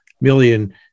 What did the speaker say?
million